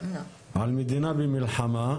על מדינה במלחמה.